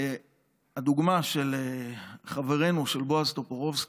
והדוגמה של חברנו, של בועז טופורובסקי,